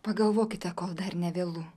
pagalvokite kol dar nevėlu